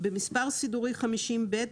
במספר סידורי 50ב,